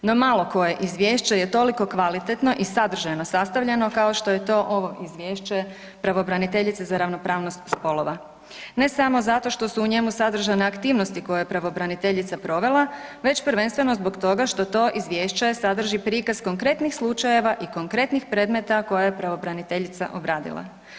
No malo koje izvješće je toliko kvalitetno i sadržajno sastavljeno kao što je to ovo izvješće pravobraniteljice za ravnopravnost spolova, ne samo zato što su u njemu sadržane aktivnosti koje pravobraniteljica provela već prvenstveno zbog toga što to izvješće sadrži prikaz konkretnih slučajeva i konkretnih predmeta koje je pravobraniteljica obradila.